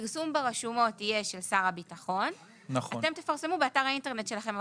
הפרסום ברשומות יהיה של שר הביטחון ואתם תפרסמו באתר האינטרנט שלכם.